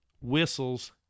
whistles